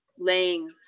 laying